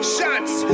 Shots